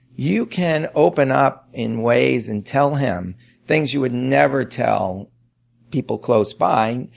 you can open up in ways and tell him things you would never tell people close by,